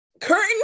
curtain